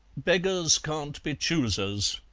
beggars can't be choosers,